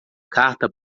carta